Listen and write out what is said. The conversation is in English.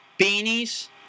beanies